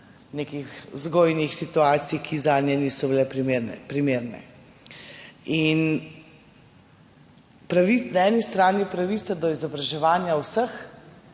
nekih vzgojnih situacij, ki zanje niso bile primerne. Na eni strani pravica do izobraževanja vseh,